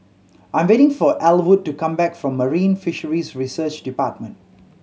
I'm waiting for Elwood to come back from Marine Fisheries Research Department